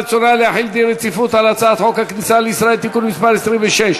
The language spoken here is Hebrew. רצונה להחיל דין רציפות על הצעת חוק הכניסה לישראל (תיקון מס' 26)